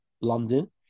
London